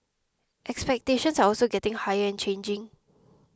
expectations are also getting higher and changing